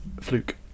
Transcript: fluke